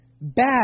bad